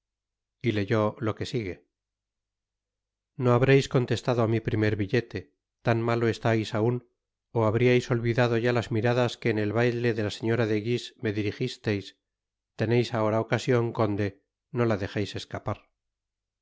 y leyó lo que sigue no habreis contestado á mi primer biltete tan malo estais aun ó habriais olvidado ya las miradas que en el baile de la señora de guise me dirijisteis teneis ahora ocasion conde no la dejeis escapar